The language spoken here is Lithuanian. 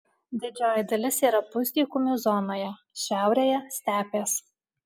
didžioji dalis yra pusdykumių zonoje šiaurėje stepės